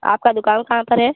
आपकी दुकान कहाँ पर है